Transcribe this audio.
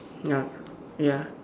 ya ya